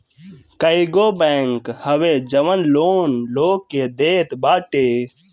कईगो बैंक हवे जवन लोन लोग के देत बाटे